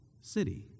city